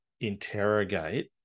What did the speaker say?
interrogate